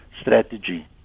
strategy